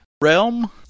realm